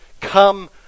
come